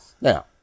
Now